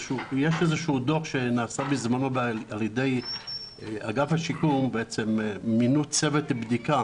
יש דוח שנעשה בזמנו, אגף השיקום מינו צוות בדיקה